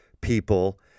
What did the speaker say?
people